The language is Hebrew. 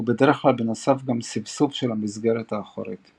ובדרך כלל בנוסף גם סבסוב של המסגרת האחורית .